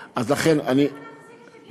למה להחזיק את הגט?